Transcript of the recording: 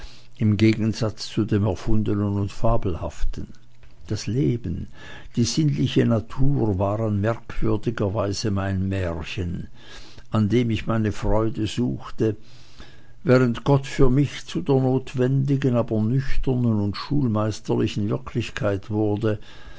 im gegensatze zu dem erfundenen und fabelhaften das leben die sinnliche natur waren merkwürdigerweise mein märchen in dem ich meine freude suchte während gott für mich zu der notwendigen aber nüchternen und schulmeisterlichen wirklichkeit wurde